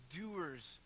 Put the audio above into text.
doers